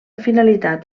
finalitat